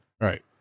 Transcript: Right